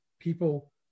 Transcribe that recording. people